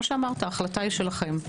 ההחלטה היא שלכם.